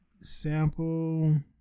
sample